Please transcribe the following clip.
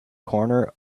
corner